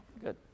Good